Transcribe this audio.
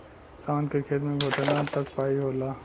शान के खेत मे घोटना तक पाई होला